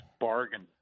bargain